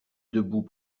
debout